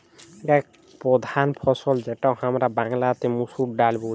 এক প্রধাল ফসল যেটা হামরা বাংলাতে মসুর ডালে বুঝি